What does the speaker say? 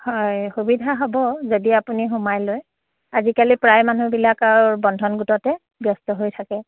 হয় সুবিধা হ'ব যদি আপুনি সোমাই লয় আজিকালি প্ৰায় মানুহবিলাক আৰু বন্ধন গোটতে ব্যস্ত হৈ থাকে